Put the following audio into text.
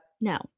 No